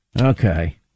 Okay